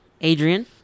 Adrian